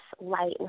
light